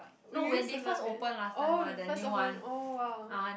we use to love it oh first open oh !wow!